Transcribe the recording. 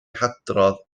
hadrodd